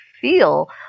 feel